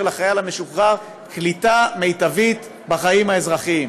לחייל המשוחרר קליטה מיטבית בחיים האזרחיים.